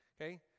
okay